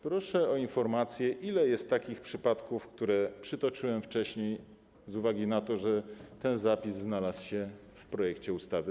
Proszę o informację, ile jest takich przypadków, które przytoczyłem wcześniej, z uwagi na to, że ten zapis znalazł się projekcie ustawy.